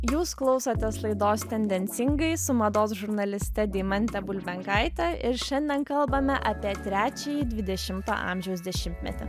jūs klausotės laidos tendencingai su mados žurnaliste deimante bulbenkaite ir šiandien kalbame apie trečiąjį dvidešimto amžiaus dešimtmetį